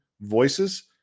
voices